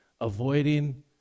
avoiding